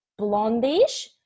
blondish